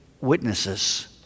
witnesses